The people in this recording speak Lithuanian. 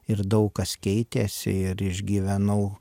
ir daug kas keitėsi ir išgyvenau